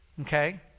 okay